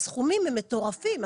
הסכומים הם מטורפים.